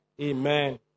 Amen